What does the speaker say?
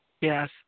yes